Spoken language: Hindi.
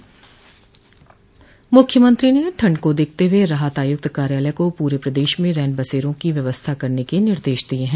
मूख्यमंत्री ने ठंड को देखते हुए राहत आयुक्त कार्यालय को पूरे प्रदेश में रैन बसेरों की व्यवस्था करने के निर्देश दिये है